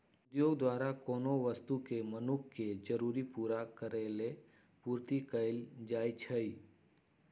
उद्योग द्वारा कोनो वस्तु के मनुख के जरूरी पूरा करेलेल पूर्ति कएल जाइछइ